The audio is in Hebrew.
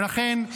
ולכן,